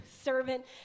servant